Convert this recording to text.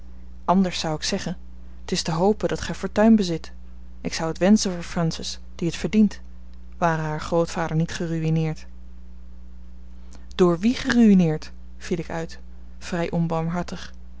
anders zou ik zeggen t is te hopen dat gij fortuin bezit ik zou het wenschen voor francis die het verdient ware haar grootvader niet geruïneerd door wien geruïneerd viel ik uit vrij onbarmhartig